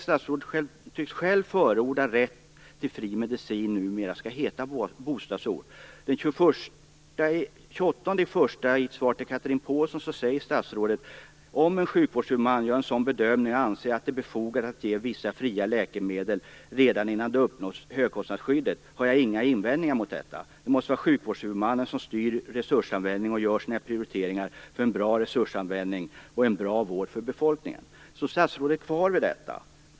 Statsrådet tycks numera själv förorda rätt till fri medicin oberoende av bostadsort. I ett svar till Chatrine Pålsson den 28 januari sade statsrådet: "Om en sjukvårdshuvudman gör en sådan bedömning och anser att det är befogat att ge vissa patienter fria läkemedel redan innan de uppnått högkostnadsskyddet har jag inga invändningar mot detta. Det måste vara sjukvårdshuvudmännen som själva styr resursanvändningen och gör sina prioriteringar för en bra resursanvändning och en bra vård för befolkningen." Står statsrådet kvar vid detta?